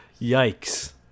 yikes